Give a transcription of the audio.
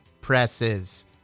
presses